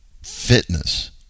fitness